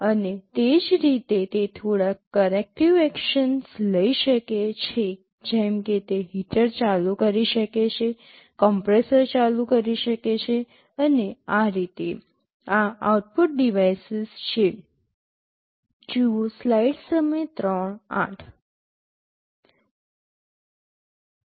અને તે જ રીતે તે થોડાક કરેક્ટિવ એક્શન્સ લઈ શકે છે જેમ કે તે હીટર ચાલુ કરી શકે છે કોમ્પ્રેસર ચાલુ કરી શકે છે અને આ રીતે આ આઉટપુટ ડિવાઇસીસ છે